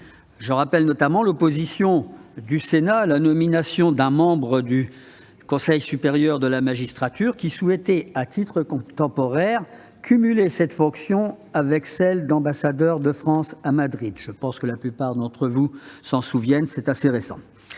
Je rappelle notamment l'opposition du Sénat à la nomination d'un membre du Conseil supérieur de la magistrature, le CSM, qui souhaitait, à titre temporaire, cumuler cette fonction avec celle d'ambassadeur de France à Madrid ... La plupart d'entre nous s'en souviennent, c'est assez récent.